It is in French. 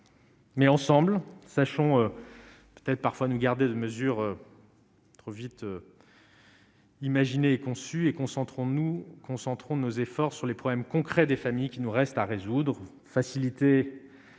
Mais ensemble sachant peut-être parfois nous garder de mesures trop vite. Imaginée et conçue et concentrons nous concentrons nos efforts sur les problèmes concrets des familles qui nous reste à résoudre, faciliter la